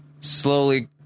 slowly